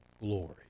glory